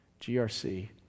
GRC